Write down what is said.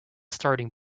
starting